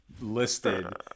listed